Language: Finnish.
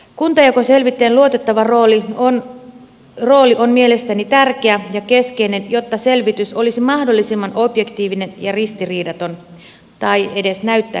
kuntajakoselvittäjän luotettava rooli on mielestäni tärkeä ja keskeinen jotta selvitys olisi mahdollisimman objektiivinen ja ristiriidaton tai edes näyttäisi siltä